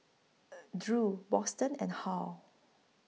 Drew Boston and Hal